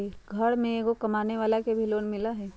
घर में एगो कमानेवाला के भी लोन मिलहई?